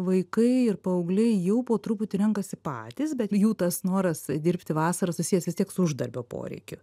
vaikai ir paaugliai jau po truputį renkasi patys bet jų tas noras dirbti vasarą susijęs vis tiek su uždarbio poreikiu